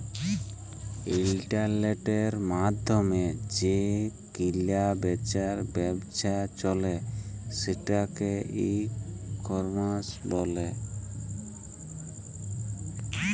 ইলটারলেটের মাইধ্যমে যে কিলা বিচার ব্যাবছা চলে সেটকে ই কমার্স ব্যলে